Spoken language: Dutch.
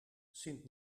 sint